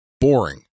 boring